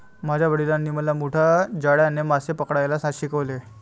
माझ्या वडिलांनी मला मोठ्या जाळ्याने मासे पकडायला शिकवले